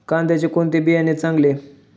कांद्याचे कोणते बियाणे चांगले?